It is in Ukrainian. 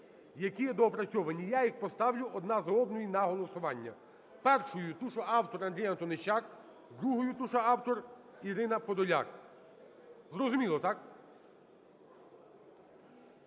які є доопрацьовані. Я їх поставлю одна за одною на голосування: першою – ту, що автор Андрій Антонищак, другою – ту, що автор Ірина Подоляк. Зрозуміло, так?